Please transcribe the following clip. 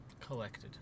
Collected